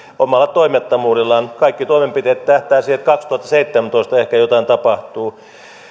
omalla toimettomuudellaan kaikki toimenpiteet tähtäävät siihen että kaksituhattaseitsemäntoista ehkä jotain tapahtuu